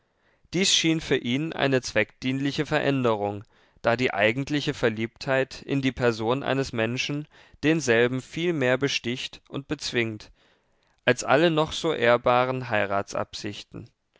dies schien für ihn eine zweckdienliche veränderung da die eigentliche verliebtheit in die person eines menschen denselben viel mehr besticht und bezwingt als alle noch so ehrbaren